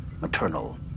maternal